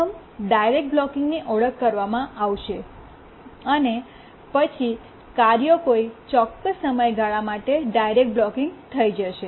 પ્રથમ ડાયરેક્ટ બ્લૉકિંગની ઓળખ કરવામાં આવશે અને પછી કાર્યો કોઈ ચોક્કસ સમયગાળા માટે ડાયરેક્ટ બ્લૉકિંગ થઈ જશે